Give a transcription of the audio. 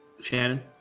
Shannon